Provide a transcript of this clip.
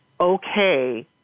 okay